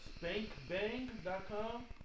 SpankBang.com